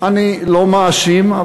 אני לא מאשים,